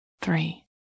three